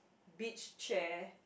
beach chair